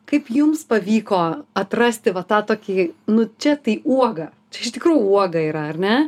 kaip jums pavyko atrasti va tą tokį nu čia tai uoga čia iš tikrųjų uoga yra ar ne